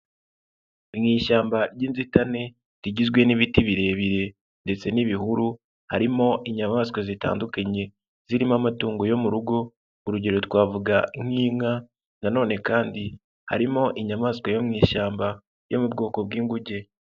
Mu ishyamba ry'inzitane rigizwe n'ibiti birebire ndetse n'ibihuru, harimo inyamaswa zitandukanye zirimo amatungo yo mu rugo, urugero twavuga nk'inka nanone kandi harimo inyamaswa yo mu ishyamba yo mu bwoko bw'inguge.